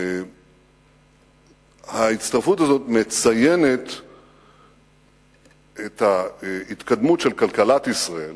שההצטרפות הזאת מציינת את ההתקדמות של כלכלת ישראל